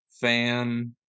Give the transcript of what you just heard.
fan